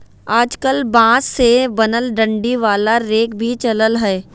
आजकल बांस से बनल डंडी वाला रेक भी चलल हय